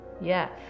Yes